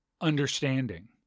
understanding